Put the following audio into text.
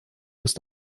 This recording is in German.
ist